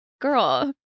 Girl